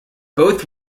both